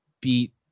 beat